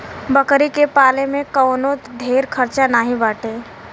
बकरी के पाले में कवनो ढेर खर्चा नाही बाटे